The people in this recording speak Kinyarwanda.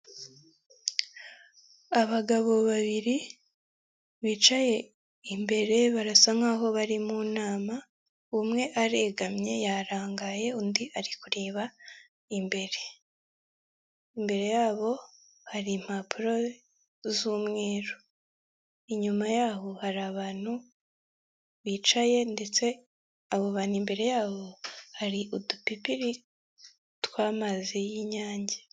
Abagabo babiri bicaye imbere barasa nkaho bari mu nama, umwe aregamye yarangaye undi ari kureba imbere. Imbere yabo hari impapuro z'umweru. Inyuma yaho hari abantu bicaye ndetse abo bantu imbere yabo hari udupipiri tw'amazi y'inyange.